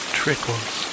trickles